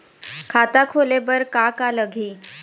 खाता खोले बर का का लगही?